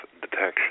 detection